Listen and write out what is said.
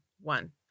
one